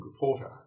reporter